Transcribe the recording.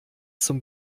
zum